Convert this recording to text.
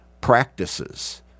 practices